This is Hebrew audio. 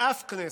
לאף כנסת,